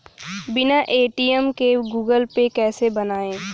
बिना ए.टी.एम के Google Pay कैसे बनायें?